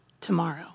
tomorrow